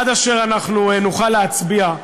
עד אשר אנחנו נוכל להצביע,